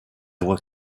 were